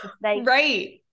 right